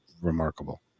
remarkable